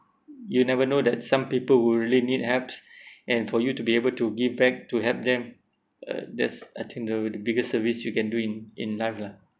you'll never know that some people who really need helps and for you to be able to give back to help them uh that's I think the the biggest service you can do in in life lah